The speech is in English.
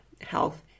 health